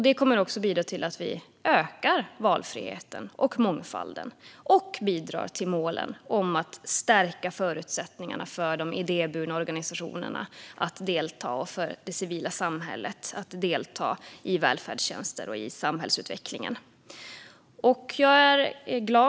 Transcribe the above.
Det kommer också att bidra till att vi ökar valfriheten och mångfalden och bidra till målen om att stärka förutsättningarna för de idéburna organisationerna och det civila samhället att delta i välfärdstjänster och samhällsutvecklingen.